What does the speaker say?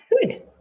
Good